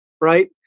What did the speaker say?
right